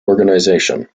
organisation